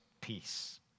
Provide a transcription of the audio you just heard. peace